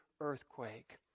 earthquake